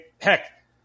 heck